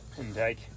intake